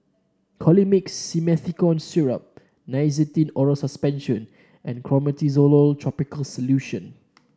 Colimix Simethicone Syrup Nystatin Oral Suspension and Clotrimozole topical solution